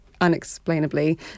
unexplainably